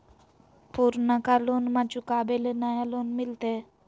पुर्नका लोनमा चुकाबे ले नया लोन मिलते?